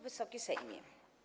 Wysoki Sejmie!